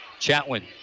Chatwin